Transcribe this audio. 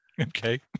Okay